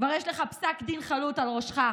כבר יש לך פסק דין חלוט על ראשך.